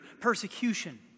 persecution